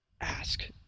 ask